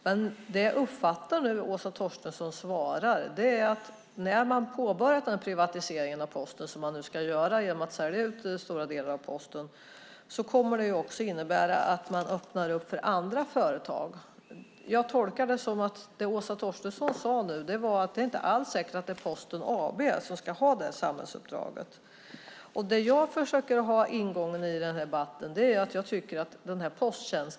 Men det jag uppfattar i Åsa Torstenssons svar är att när man påbörjar privatiseringen av Posten, som man nu ska göra genom att sälja ut stora delar av Posten, kommer det också att innebära att man öppnar för andra företag. Jag tolkar det som Åsa Torstensson sade som att det inte alls är säkert att det är Posten AB som ska ha det samhällsuppdraget. Jag försöker ha den ingången i den här debatten att jag tycker att posttjänsten är oerhört viktig.